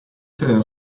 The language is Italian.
treno